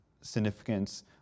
significance